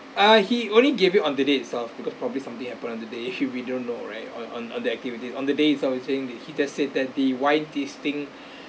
uh he only gave it on the day itself because probably something happened on the day we don't know right on on on the activities on the day itself he saying this he just said that the wine tasting